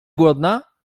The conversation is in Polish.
głodna